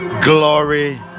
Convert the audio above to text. glory